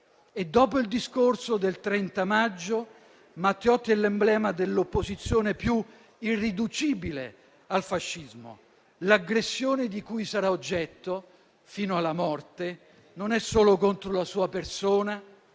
Dopo il discorso del 30 maggio, Matteotti è l'emblema dell'opposizione più irriducibile al fascismo. L'aggressione di cui sarà oggetto, fino alla morte, non è solo contro la sua persona